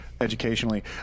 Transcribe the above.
Educationally